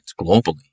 globally